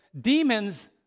demons